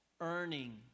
earning